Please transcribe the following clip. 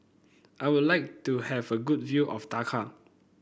I would like to have a good view of Dhaka